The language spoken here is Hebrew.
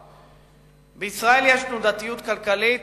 בישראל יש תנודתיות כלכלית